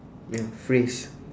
ya phrase